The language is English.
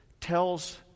tells